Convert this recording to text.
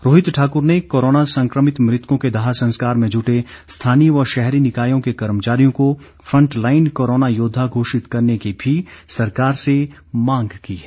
रोहित ठाकुर ने कोरोना संक्रमित मृतकों के दाह संस्कार में जुटे स्थानीय व शहरी निकायों के कर्मचारियों को फ़ंटलाईन कोरोना योद्वा घोषित करने की भी सरकार से मांग की है